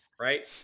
right